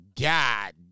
God